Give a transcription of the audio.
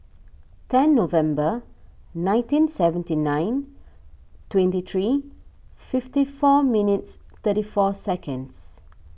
ten November nineteen seventy nine twenty three fifty four minutes thirty four seconds